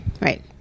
right